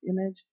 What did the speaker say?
image